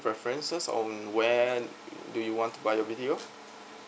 references on where do you want to buy your B_T_O